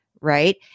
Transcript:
right